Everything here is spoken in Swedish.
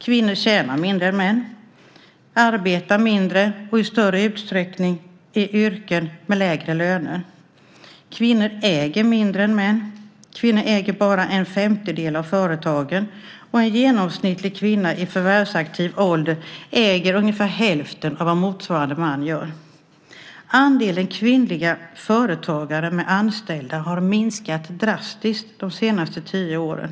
Kvinnor tjänar mindre än män, arbetar mindre och i större utsträckning i yrken med lägre löner. Kvinnor äger mindre än män. Kvinnor äger bara en femtedel av företagen, och en genomsnittlig kvinna i förvärvsaktiv ålder äger ungefär hälften av vad motsvarande man gör. Andelen kvinnliga företagare med anställda har minskat drastiskt de senaste tio åren.